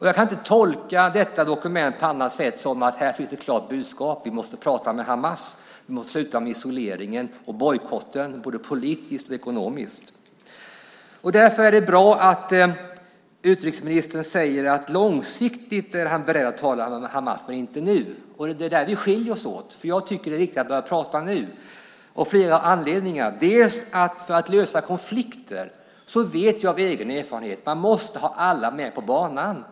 Jag kan inte tolka detta dokument på annat sätt än att det finns ett klart budskap. Vi måste prata med Hamas. Vi måste sluta med isoleringen och bojkotten, både politiskt och ekonomiskt. Därför är det bra att utrikesministern säger att han långsiktigt är beredd att tala med Hamas. Men han är det inte nu. Det är där vi skiljer oss åt, för jag tycker att det är viktigt att börja prata nu, av flera anledningar. Jag vet av egen erfarenhet att man för att lösa konflikter måste ha alla med på banan.